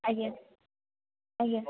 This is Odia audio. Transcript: ଆଜ୍ଞା ଆଜ୍ଞା